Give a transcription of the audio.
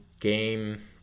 game